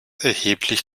erheblich